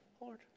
Lord